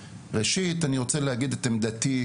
ראשית אני רוצה להגיד את עמדתי,